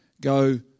Go